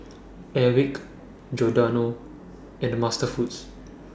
Airwick Giordano and MasterFoods